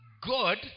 God